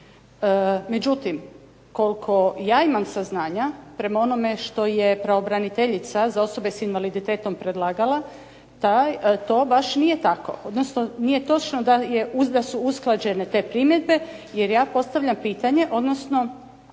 Međutim, koliko ja imam saznanja prema onome što je pravobraniteljica za osobe s invaliditetom predlagala to baš nije tako, odnosno nije točno da su usklađene te primjedbe jer ja postavljam pitanje ili to